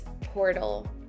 portal